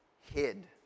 hid